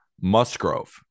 Musgrove